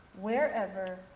wherever